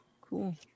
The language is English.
Cool